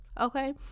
Okay